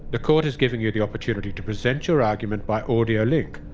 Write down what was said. the court is giving you the opportunity to present your argument by audio link.